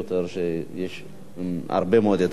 ויש הרבה מאוד אתגרים.